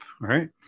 right